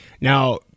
Now